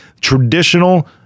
traditional